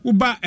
Uba